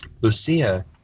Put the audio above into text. Lucia